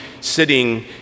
sitting